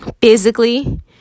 physically